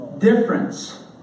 Difference